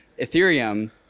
Ethereum